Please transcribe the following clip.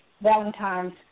Valentine's